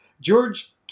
George